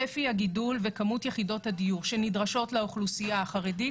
צפי הגידול וכמות יחידות הדיור שנדרשות לאוכלוסייה החרדית